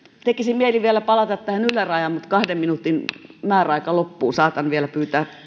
tekisi mieli vielä palata tähän ylärajaan mutta kahden minuutin määräaika loppuu saatan vielä pyytää